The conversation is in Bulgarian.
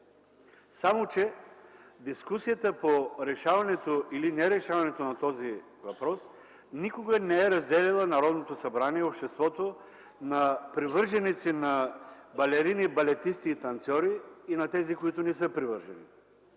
Само че дискусията по решаването или нерешаването на този въпрос никога не е разделяла Народното събрание и обществото на привърженици на балерини, балетисти и танцьори и на тези, които не са привърженици.